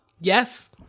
Yes